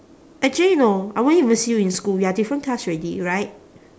actually no I won't even see you in school we are different class already right